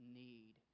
need